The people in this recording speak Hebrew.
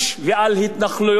ועל התנחלויות,